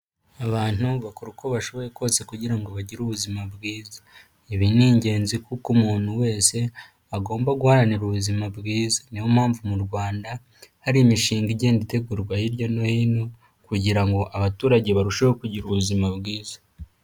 Abantu bakora uko bashoboye kose kugira ngo bagire ubuzima bwiza. Ibi ni ingenzi kuko umuntu wese agomba guharanira ubuzima bwiza. Niyo mpamvu mu Rwanda hari imishinga igenda itegurwa hirya no hino kugira ngo abaturage barusheho kugira ubuzima bwiza.